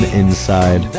inside